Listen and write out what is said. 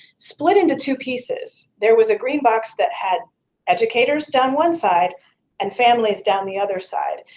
split into two pieces. there was a green box that had educators down one side and families down the other side,